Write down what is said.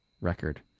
record